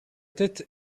tête